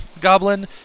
goblin